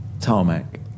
tarmac